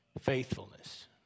faithfulness